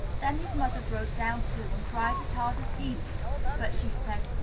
then his mother broke down, too, and cried as hard as he did but she said,